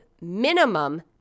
minimum